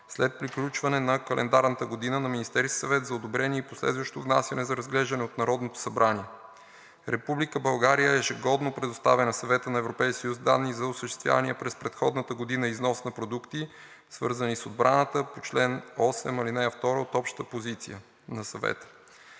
след приключване на календарната година на Министерския съвет за одобрение и последващо внасяне за разглеждане от Народното събрание. Република България ежегодно предоставя на Съвета на Европейския съюз данни за осъществявания през предходната година износ на продукти, свързани с отбраната по чл. 8, ал. 2 от Общата позиция на Съвета.